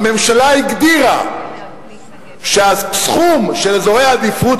הממשלה הגדירה שהסכום של אזורי עדיפות